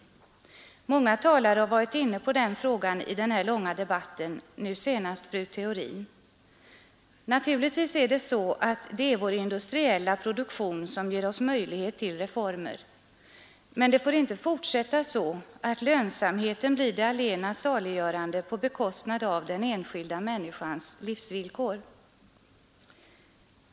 Många talare har varit inne på den frågan i denna långa debatt, nu senast fru Theorin. Naturligtvis är det vår industriella produktion som ger oss möjligheter till reformer. Men det får inte fortsättningsvis vara så att lönsamheten blir det allena saliggörande på bekostnad av den enskilda människans livsvillkor.